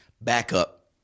Backup